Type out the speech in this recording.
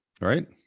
right